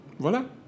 Voilà